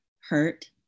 Hurt